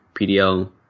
PDL